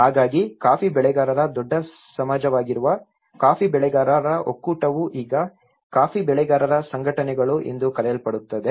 ಹಾಗಾಗಿ ಕಾಫಿ ಬೆಳೆಗಾರರ ದೊಡ್ಡ ಸಮಾಜವಾಗಿರುವ ಕಾಫಿ ಬೆಳೆಗಾರರ ಒಕ್ಕೂಟವು ಈಗ ಕಾಫಿ ಬೆಳೆಗಾರರ ಸಂಘಟನೆಗಳು ಎಂದು ಕರೆಯಲ್ಪಡುತ್ತದೆ